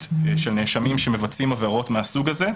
של נאשמים שמבצעים עבירות מהסוג הזה,